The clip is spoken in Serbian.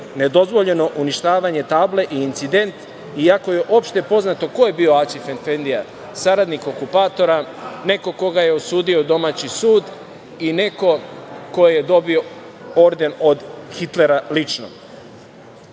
nedozvoljeno uništavanje table i incident, iako je opšte poznato ko je bio Aćif Efendija, saradnik okupatora, neko koga je osudi domaći sud i neko ko je dobio orden od Hitlera lično. Moje